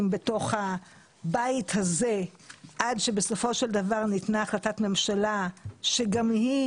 בתוך הבית הזה עד שבסופו של דבר ניתנה החלטת ממשלה שגם היא